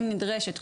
אם נדרשת".